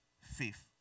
faith